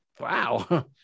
wow